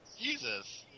Jesus